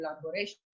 collaboration